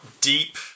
deep